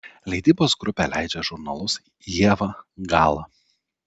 leidybos grupė leidžia žurnalus ieva gala